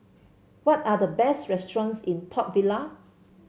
what are the best restaurants in Port Vila